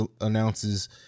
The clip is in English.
announces